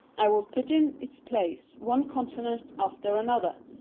i will put in its place one con sonant after another.